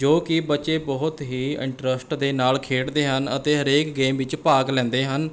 ਜੋ ਕਿ ਬੱਚੇ ਬਹੁਤ ਹੀ ਇੰਟਰਸਟ ਦੇ ਨਾਲ਼ ਖੇਡਦੇ ਹਨ ਅਤੇ ਹਰੇਕ ਗੇਮ ਵਿੱਚ ਭਾਗ ਲੈਂਦੇ ਹਨ